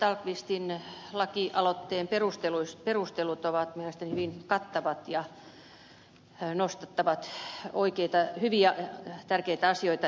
tallqvistin lakialoitteen perustelut ovat mielestäni hyvin kattavat ja nostattavat oikeita hyviä tärkeitä asioita esille